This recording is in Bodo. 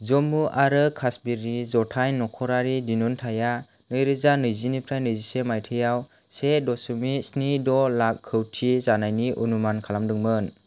जम्मु आरो काश्मीरनि जथाइ नख'रारि दिनुनथाइआ नैरोजा नैजिनिफ्राय नैजिसे माइथायाव से दस'मिक स्नि द' लाख खौटि जानायनि अनुमान खालामदोंमोन